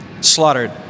slaughtered